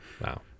Wow